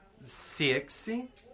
Sexy